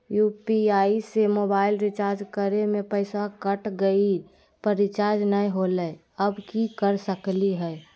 UPI से mobile recharge करे में पैसा कट गेलई, पर रिचार्ज नई होलई, अब की कर सकली हई?